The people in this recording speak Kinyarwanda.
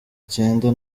icyenda